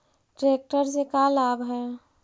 Tractor से का लाभ है?